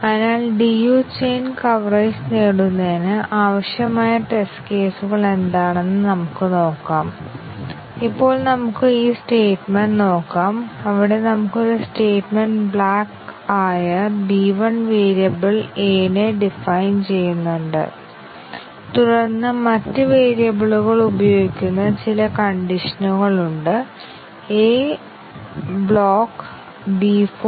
അതിനാൽ ഒരു പ്രോഗ്രാമിനുള്ള സൈക്ലോമാറ്റിക് മെട്രിക് 50 ആണെന്ന് നമുക്കറിയാമെങ്കിൽ ഇതിന് ഞങ്ങൾക്ക് കുറഞ്ഞത് 50 ടെസ്റ്റ് കേസുകളെങ്കിലും ആവശ്യമാണെന്ന് ഞങ്ങൾക്കറിയാം കൂടാതെ 50 ടെസ്റ്റ് കേസുകൾ ആവശ്യമുള്ളതിനാൽ ഈ പ്രോഗ്രാം വളരെ സങ്കീർണ്ണമാണെന്ന് നമുക്കറിയാം അതിനാൽ ടെസ്റ്റിംഗ് ശ്രമം ആവശ്യമാണ് വളരെ ഉയർന്നതായിരിക്കണം കൂടാതെ 50 ടെസ്റ്റ് കേസുകൾ ഉപയോഗിച്ച് പരീക്ഷിച്ചതിനുശേഷവും ബഗുകൾ ഉണ്ടാകാൻ സാധ്യതയുണ്ട്